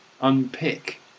unpick